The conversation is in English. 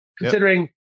considering